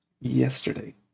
yesterday